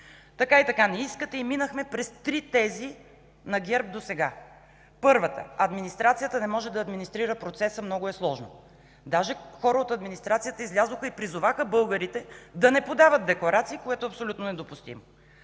Така и така не искате, и минахме през три тези на ГЕРБ досега. Първата – администрацията не може да администрира процеса, много е сложно. Даже хора от администрацията излязоха и призоваха българите да не подават декларации, което е абсолютно недопустимо.